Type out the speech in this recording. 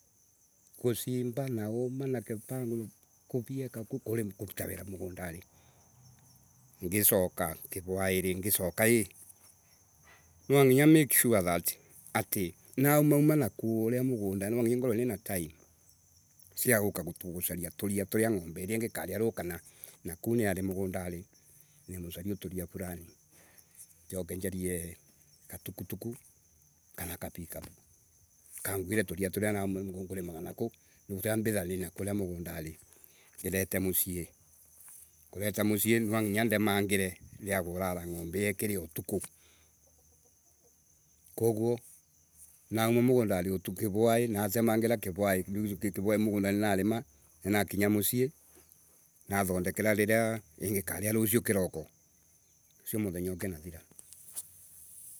Gusimba na oma na kivanga kuvyeka kuo kulima kuruta wira mugundari ngisoka kivwai nwa nginya make sure that nauma na kuo mugundari nwa nginya ngorwe na time cia kuratia ria ruriangombe ikaria na kou niari mugundari nimusaree fulio fulani njoke njaria tuk tuk kaaa pickue vau inguire ria riria ngulimaga na kau mugundari ilete mucii kuleta mweri nwa nginya ndemange ria kurala ikiria atuku kaguo nauma mugundari kivwa natemangira kivwai njoke mugundari ninalima nakinya mucii nathondeka riria ni ikaria rucio koroko usio muthenya ukina thira.